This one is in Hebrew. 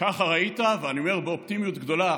"ככה ראית?" ואני אומר באופטימיות גדולה: